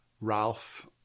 Ralph